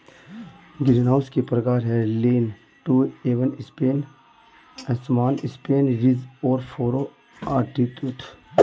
greenhouse के प्रकार है, लीन टू, इवन स्पेन, असमान स्पेन, रिज और फरो, आरीटूथ